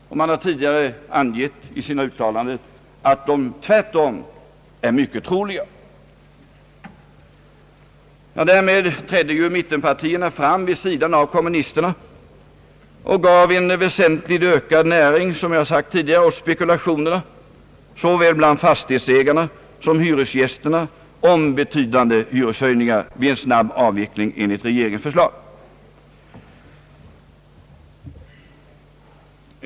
Man har tidigare angett i sina uttalanden att sådana hyreshöjningar tvärtom är mycket troliga. Därmed trädde ju mittenpartierna fram vid sidan av kommunisterna och gav, som jag sagt tidigare, väsentligt ökad näring åt spekulationerna såväl bland fastighetsägarna som bland hyresgästerna om betydande hyreshöjningar vid en snabb avveckling enligt regeringens förslag.